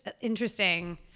interesting